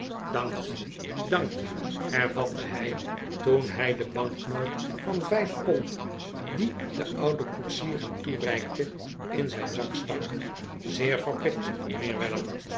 dank je dank je hervatte hij toen hij de banknoot van vijf pond die de oude koetsier hem toereikte in zijn zak stak zeer verplicht mijnheer weller